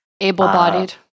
Able-bodied